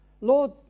Lord